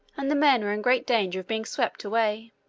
and the men were in great danger of being swept away.